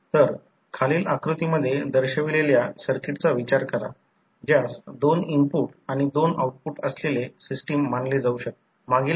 तर ट्रान्सफॉर्मरचे equivalent circuit जे आपल्याकडे आहे ते हे आहे आपण प्रॉब्लेम सोडवतो आपल्याला सर्व गोष्टी एका बाजूला आणाव्या लागतात प्रायमरी साईडला आणुयात